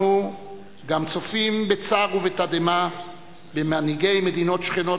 אנחנו גם צופים בצער ובתדהמה במנהיגי מדינות שכנות